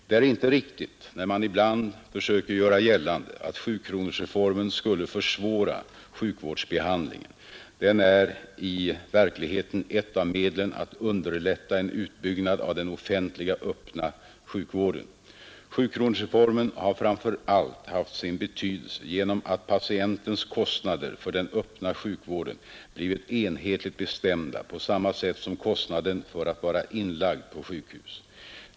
Det är inte riktigt när man ibland försöker göra gällande att sjukronorsreformen skulle försvåra sjukvärdsbehandlingen -- den är i verkligheten ett av medlen att underlätta en utbyggnad av den offentliga öppna sjukvården. Sjukronorsreformen har framför allt haft sin betydelse genom att patientens kostnader för den öppna sjukvården blivit enhetligt bestämda på samma sätt som kostnaden för att vara inlagd på sjukhus.